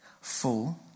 full